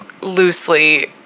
loosely